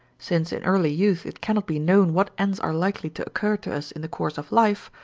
since in early youth it cannot be known what ends are likely to occur to us in the course of life,